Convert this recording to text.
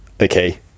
Okay